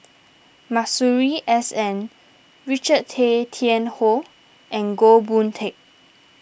Masuri S N Richard Tay Tian Hoe and Goh Boon Teck